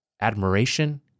Admiration